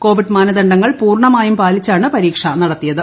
Covid മാനദണ്ഡങ്ങൾ പൂർണമായും പാലിച്ചാണ് പരീക്ഷ നടത്തിയത്